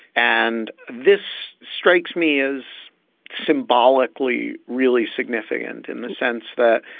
and this strikes me as symbolically really significant in the sense that,